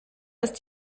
ist